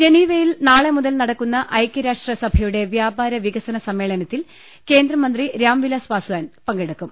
ജനീവയിൽ നാളെ മുതൽ നടക്കുന്ന ഐക്യരാഷ്ട്ര സഭയുടെ വ്യാപാര വികസന സമ്മേളനത്തിൽ കേന്ദ്രമന്ത്രി രാംവിലാസ് പാസ്വാൻ പങ്കെടുക്കും